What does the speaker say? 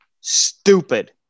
Stupid